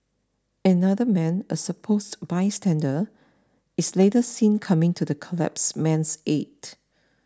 another man a supposed bystander is later seen coming to the collapsed man's aid